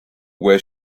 where